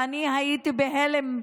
ואני הייתי בהלם: